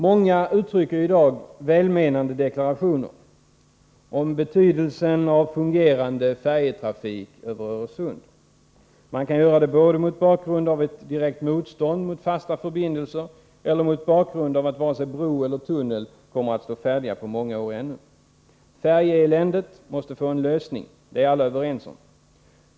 Många gör i dag välmenande deklarationer om betydelsen av en fungerande färjetrafik över Öresund. Man kan göra det både mot bakgrund av ett direkt motstånd mot fasta förbindelser och mot bakgrund av att varken bro eller tunnel kommer att stå färdig på många år ännu. Färjeeländet måste få en lösning. Det är alla överens om.